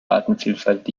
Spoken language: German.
artenvielfalt